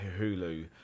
Hulu